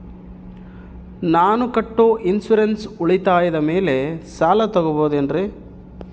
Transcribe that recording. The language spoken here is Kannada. ನಾನು ಕಟ್ಟೊ ಇನ್ಸೂರೆನ್ಸ್ ಉಳಿತಾಯದ ಮೇಲೆ ಸಾಲ ತಗೋಬಹುದೇನ್ರಿ?